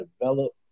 develop